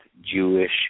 Jewish